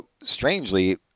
strangely